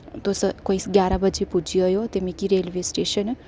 तुस कोई ग्यारां बजे पुज्जी जाएओ ते मिगी रेलवे स्टेशन